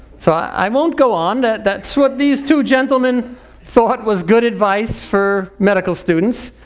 so i won't go on, that's what these two gentlemen thought was good advice for medical students.